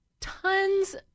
tons